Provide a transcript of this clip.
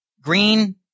green